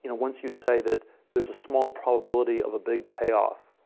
and once you say that there's a small probability of a big payoff,